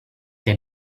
they